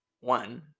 one